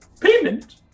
Payment